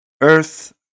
earth